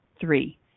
three